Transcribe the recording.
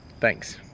Thanks